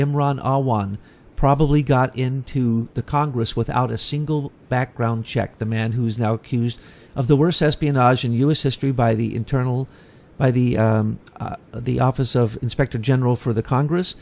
are one probably got into the congress without a single background check the man who is now accused of the worst espionage in u s history by the internal by the the office of inspector general for the congress